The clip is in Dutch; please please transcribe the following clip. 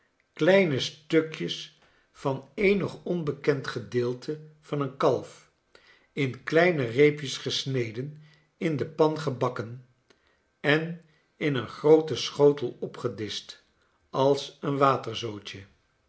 kleine stukjes van eenig onbekend gedeelte van een kalf in kleine reepjes gesneden in de pan gebakken en in een grooten schotel opgedischt als een